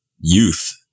youth